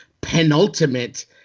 penultimate